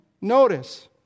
notice